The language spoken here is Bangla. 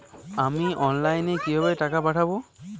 আমি অনলাইনে কিভাবে টাকা পাঠাব?